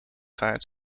vaart